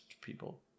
people